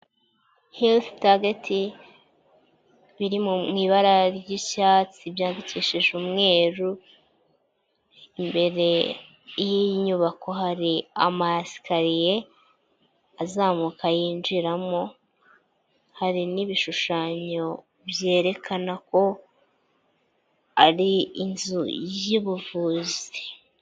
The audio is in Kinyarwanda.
Herufu tageti biri mu ibara ry'icyatsi byayandikesheje umweru, imbere y'iyi nyubako hari amasikariye azamuka yinjiramo, hari n'ibishushanyo byerekana ko ari inzu y'ubuvuzi.